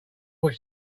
what